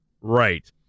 Right